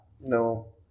No